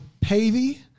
Pavey